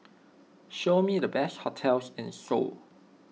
show me the best hotels in Seoul